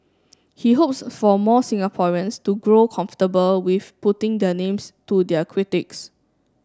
he hopes for more Singaporeans to grow comfortable with putting their names to their critiques